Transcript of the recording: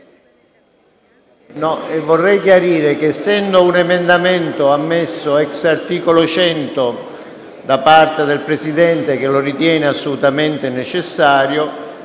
Vorrei chiarire che, essendo un emendamento ammesso *ex* articolo 100 da parte del Presidente, che lo ritiene assolutamente necessario,